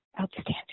outstanding